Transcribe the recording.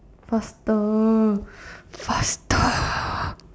faster faster